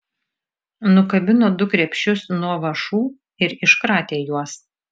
nukabino du krepšius nuo vąšų ir iškratė juos